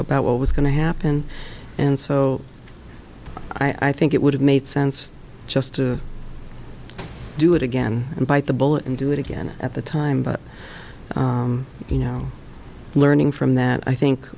about what was going to happen and so i think it would have made sense just to do it again and bite the bullet and do it again at the time but you know learning from that i think